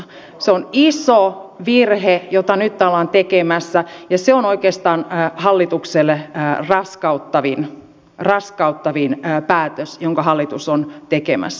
se on iso virhe jota nyt ollaan tekemässä ja se on oikeastaan hallitukselle raskauttavin päätös jonka hallitus on tekemässä